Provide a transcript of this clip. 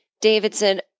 Davidson